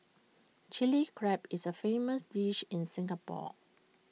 Chilli Crab is A famous dish in Singapore